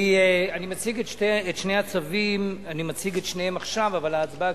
אני מציג את שני הצווים עכשיו אבל ההצבעה,